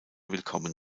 willkommen